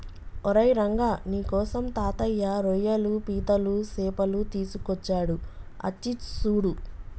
ఓరై రంగ నీకోసం తాతయ్య రోయ్యలు పీతలు సేపలు తీసుకొచ్చాడు అచ్చి సూడు